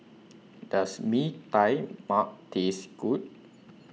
Does Mee Tai Mak Taste Good